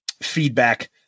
feedback